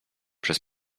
przez